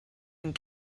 and